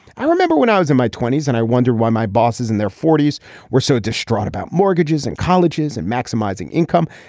i remember when i was in my twenty s and i wondered why my bosses in their forty s were so distraught about mortgages and colleges and maximizing income.